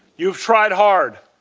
you've tried hard